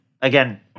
Again